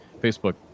Facebook